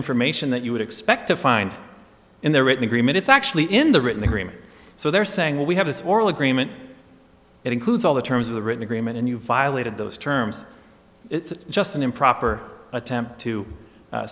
information that you would expect to find in their written agreement it's actually in the written agreement so they're saying we have this oral agreement that includes all the terms of the written agreement and you violated those terms it's just an improper attempt to